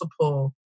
multiple